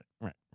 Right